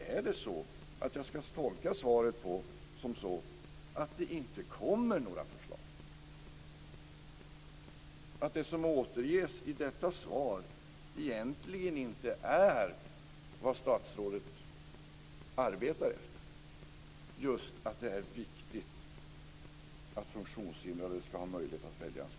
Eller ska jag tolka svaret på det sättet att det inte kommer några förslag, att det som återges i detta svar egentligen inte är vad statsrådet arbetar efter, just att det är viktigt att funktionshindrade ska ha möjlighet att välja skola?